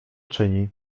czyni